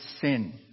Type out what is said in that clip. sin